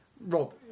Rob